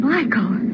Michael